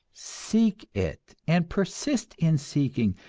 seek it, and persist in seeking,